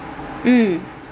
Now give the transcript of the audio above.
mm